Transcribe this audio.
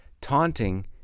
taunting